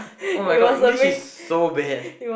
oh-my-god English is so bad